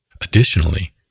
Additionally